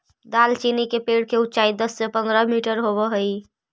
दालचीनी के पेड़ के ऊंचाई दस से पंद्रह मीटर होब हई